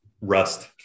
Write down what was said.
rust